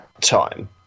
time